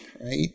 right